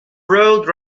road